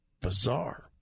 bizarre